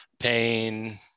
pain